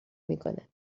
میکنه